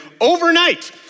overnight